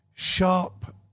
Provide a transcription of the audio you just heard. sharp